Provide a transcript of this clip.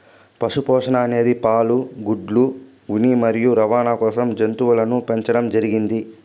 పశు పోషణ అనేది పాలు, గుడ్లు, ఉన్ని మరియు రవాణ కోసం జంతువులను పెంచండం జరిగింది